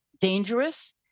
dangerous